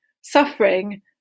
Suffering